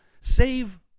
save